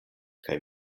kaj